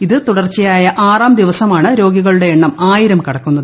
ഇത് തുടർച്ചയായ ആറാം ദിവസമാണ് രോഗിയുടെ എണ്ണം ആയിരം കടക്കുന്നത്